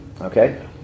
Okay